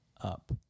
up